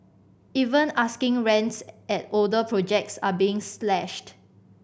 even asking rents at older projects are being slashed